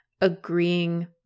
agreeing